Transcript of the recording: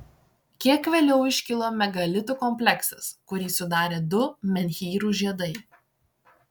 kiek vėliau iškilo megalitų kompleksas kurį sudarė du menhyrų žiedai